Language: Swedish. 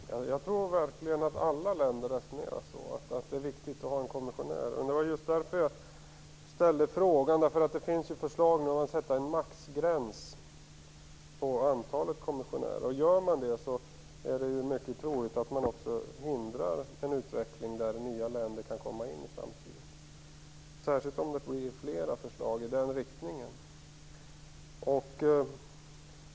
Fru talman! Jag tror verkligen att alla länder resonerar så. Det är viktigt att ha en kommissionär. Det var just därför jag ställde frågan. Det finns förslag om en maxgräns för antalet kommissionärer. Antar man förslaget är det mycket troligt att man också hindrar en utveckling där nya länder kan komma in i framtiden - särskilt om det kommer flera förslag i den riktningen.